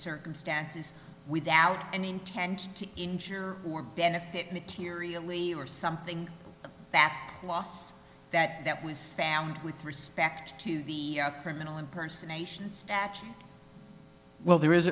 circumstances without any intent to injure or benefit materially or something that loss that that was found with respect to the criminal impersonation statute well there is